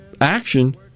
action